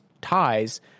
ties